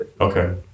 okay